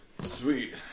Sweet